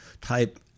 type